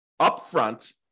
upfront